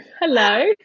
Hello